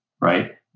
right